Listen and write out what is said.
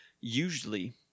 usually